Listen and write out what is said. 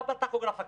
גם הטכוגרף הקיים,